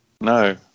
No